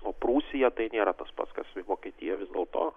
o prūsija tai nėra tas pats kas vokietija vis dėlto